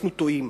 אנחנו טועים.